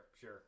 sure